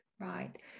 right